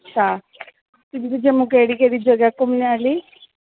अच्छा जम्मू केह्ड़ी केह्ड़ी जगह ऐ घूमने आह्ली